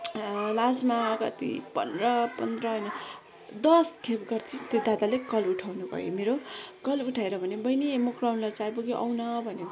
लास्टमा अब कति पन्ध्र पन्ध्र होइन दसखेप त्यो दादाले कल उठाउनु भयो मेरो कल उठाएर भन्यो बहिनी म क्राउन लज आइपुगे आऊ न भन्यो